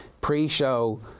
pre-show